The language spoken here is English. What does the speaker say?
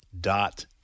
dot